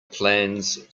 plans